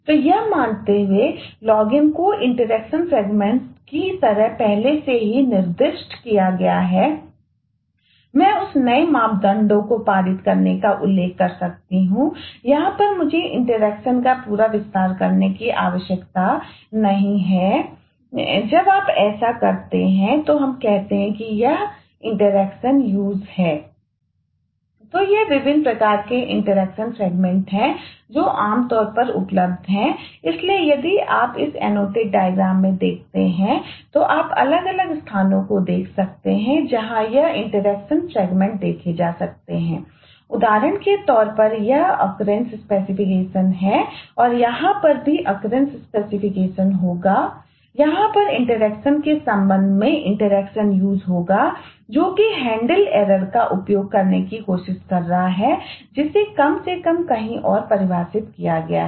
तो ये विभिन्न प्रकार के इंटरैक्शन फ्रेगमेंट्स का उपयोग करने की कोशिश कर रहा है जिसे कम से कम कहीं और परिभाषित किया गया है